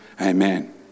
Amen